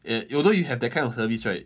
if you don't you have that kind of service right